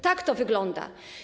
Tak to wygląda.